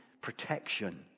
protection